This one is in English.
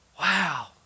Wow